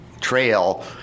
Trail